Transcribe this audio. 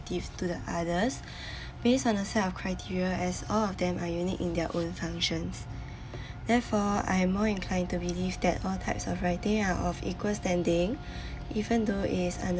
to the others based on a set of criteria as all of them are unique in their own functions therefore I'm more inclined to believe that all types of writings are of equal standing even though it is